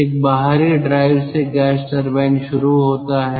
एक बाहरी ड्राइव से गैस टरबाइन शुरू होता है